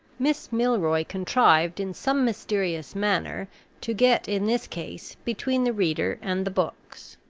miss milroy contrived in some mysterious manner to get, in this case, between the reader and the books.